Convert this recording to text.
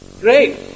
Great